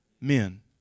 Men